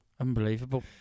Unbelievable